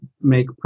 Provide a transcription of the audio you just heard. make